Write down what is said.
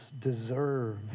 deserve